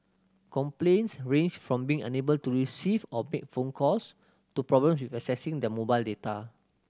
complaints ranged from being unable to receive or make phone calls to problems with accessing their mobile data